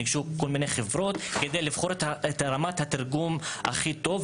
ניגשו כל מיני חברות כדי לבחור את רמת התרגום הכי טובה,